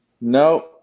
No